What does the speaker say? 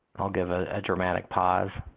i'll give a ah dramatic pause.